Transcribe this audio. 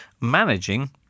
managing